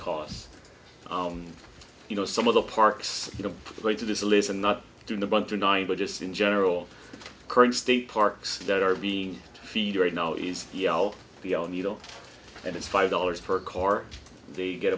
costs on you know some of the parks you know going to this list and not doing a bunch of nine but just in general the current state parks that are being feed right now is yelp beyond needle and it's five dollars per car they get